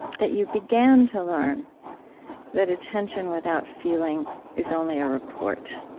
that you began to learn that attention without feeling is only a report.